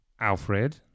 Alfred